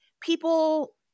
people